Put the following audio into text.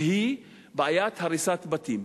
והיא בעיית הריסת בתים.